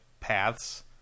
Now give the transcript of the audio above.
paths